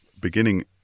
beginning